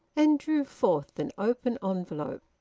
and drew forth an open envelope.